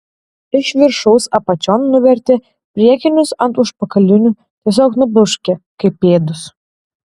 iš viršaus apačion nuvertė priekinius ant užpakalinių tiesiog nubloškė kaip pėdus